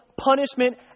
punishment